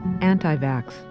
anti-vax